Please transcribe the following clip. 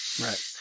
Right